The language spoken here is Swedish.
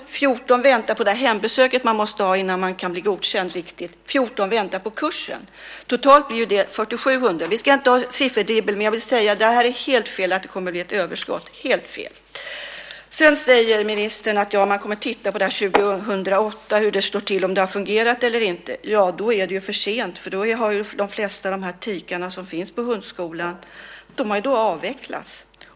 Det är 14 personer som väntar på det hembesök som man måste ha innan man riktigt kan bli godkänd, och det är 14 personer som väntar på kursen. Totalt blir det 47 hundar. Vi ska inte ha ett siffeldribbel. Men det är helt felaktigt att det kommer att blir ett överskott. Det är helt fel. Sedan säger ministern att man år 2008 kommer att titta på hur det står till och om det har fungerat eller inte. Då är det för sent. Då har de flesta av de tikar som finns på hundskolan avvecklats.